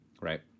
Right